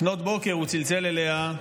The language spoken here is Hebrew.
לפנות בוקר הוא צלצל אליה,